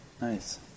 Nice